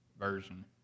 version